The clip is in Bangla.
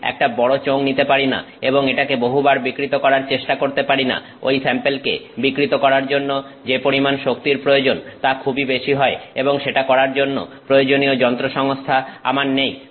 আমি একটা বড় চোঙ নিতে পারিনা এবং এটাকে বহুবার বিকৃত করার চেষ্টা করতে পারি না ওই স্যাম্পেলকে বিকৃত করার জন্য যে পরিমাণ শক্তির প্রয়োজন তা খুবই বেশি হয় এবং সেটা করার জন্য প্রয়োজনীয় যন্ত্রসংস্থা আমার নেই